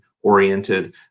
oriented